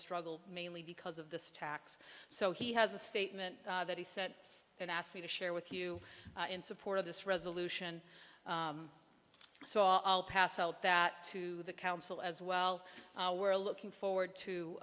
struggle mainly because of the tax so he has a statement that he said and asked me to share with you in support of this resolution so i'll pass out that to the council as well we're looking forward to